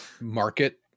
Market